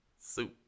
Soup